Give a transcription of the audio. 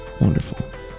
Wonderful